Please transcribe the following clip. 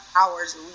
hours